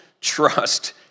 trust